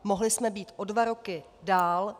Mohli jsme být o dva roky dál.